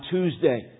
Tuesday